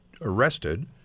arrested